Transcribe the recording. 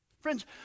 Friends